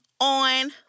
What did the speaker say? on